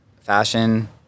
Fashion